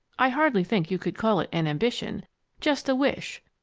i hardly think you could call it an ambition just a wish.